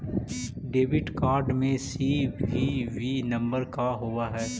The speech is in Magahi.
डेबिट कार्ड में सी.वी.वी नंबर का होव हइ?